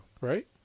Right